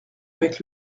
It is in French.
avec